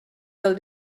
del